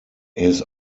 his